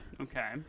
okay